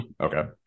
Okay